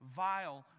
vile